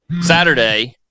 Saturday